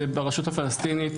זה ברשות הפלסטינית,